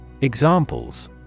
Examples